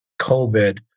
COVID